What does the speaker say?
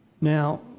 Now